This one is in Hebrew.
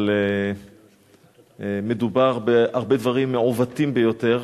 אבל מדובר בהרבה דברים מעוותים ביותר,